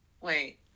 Wait